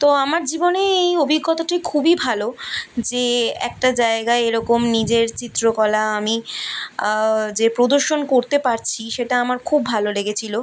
তো আমার জীবনে এই অভিজ্ঞতাটি খুবই ভালো যে একটা জায়গায় এরকম নিজের চিত্রকলা আমি যে প্রদর্শন করতে পারছি সেটা আমার খুব ভালো লেগেছিলো